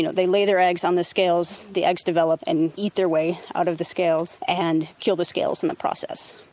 you know they lay their eggs on the scales, the eggs develop and eat their way out of the scales and kill the scales in the process.